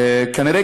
כנראה,